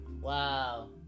Wow